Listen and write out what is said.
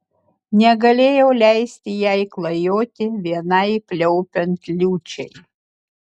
negalėjau leisti jai klajoti vienai pliaupiant liūčiai